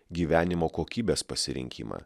gyvenimo kokybės pasirinkimą